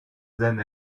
than